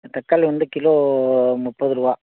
தக்காளி வந்து கிலோ முப்பது ரூபா